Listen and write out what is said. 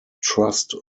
trust